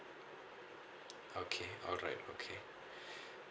okay alright okay